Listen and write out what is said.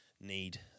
need